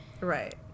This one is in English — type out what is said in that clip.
right